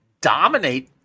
dominate